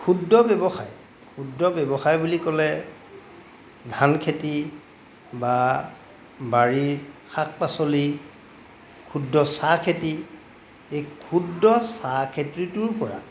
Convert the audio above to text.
ক্ষুদ্ৰ ব্যৱসায় ক্ষুদ্ৰ ব্যৱসায় বুলি ক'লে ধানখেতি বা বাৰীৰ শাক পাচলি ক্ষুদ্ৰ চাহখেতি এই ক্ষুদ্ৰ চাহ খেতিটোৰপৰা